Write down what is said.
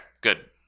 good